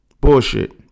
Bullshit